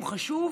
הוא חשוב.